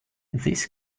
this